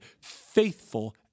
faithful